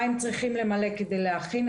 מה הם צריכים למלא כדי להכין.